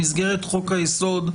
במסגרת חוק היסוד,